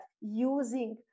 using